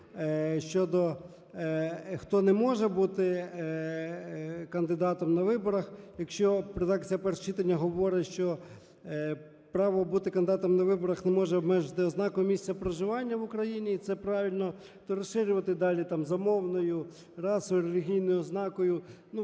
щодо… хто не може бути кандидатом на виборах, якщо редакція першого читання говорить, що право бути кандидатом на виборах не може бути обмежене за ознакою місця проживання в Україні. І це правильно, то розширювати далі там за мовною, расовою, релігійною ознакою, ну,